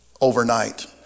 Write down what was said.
overnight